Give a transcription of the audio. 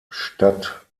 statt